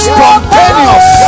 Spontaneous